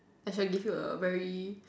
I shall give you a very